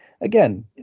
Again